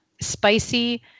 spicy